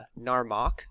Narmak